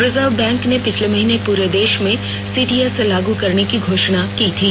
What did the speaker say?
reserve bank ने पिछले महीने पूरे देश में सीटीएस लागू करने की घोषणा की थी